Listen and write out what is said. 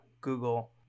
Google